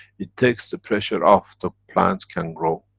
it takes the pressure off the plant can grow.